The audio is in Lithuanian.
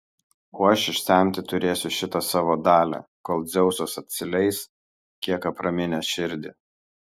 o aš išsemti turėsiu šitą savo dalią kol dzeusas atsileis kiek apraminęs širdį